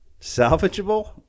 salvageable